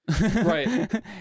right